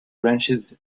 branches